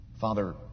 Father